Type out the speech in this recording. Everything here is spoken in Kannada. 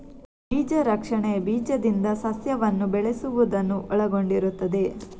ಬೀಜ ರಕ್ಷಣೆ ಬೀಜದಿಂದ ಸಸ್ಯವನ್ನು ಬೆಳೆಸುವುದನ್ನು ಒಳಗೊಂಡಿರುತ್ತದೆ